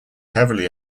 heavily